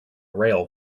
rail